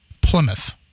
Plymouth